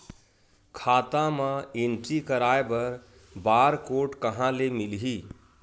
खाता म एंट्री कराय बर बार कोड कहां ले मिलही?